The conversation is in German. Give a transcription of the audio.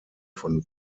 von